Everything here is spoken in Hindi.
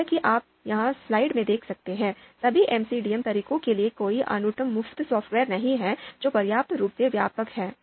जैसा कि आप यहां स्लाइड में देख सकते हैं सभी एमसीडीए तरीकों के लिए कोई अनूठा मुफ्त सॉफ्टवेयर नहीं है जो पर्याप्त रूप से व्यापक है